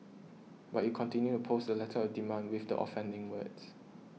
but you continued post the letter demand with the offending words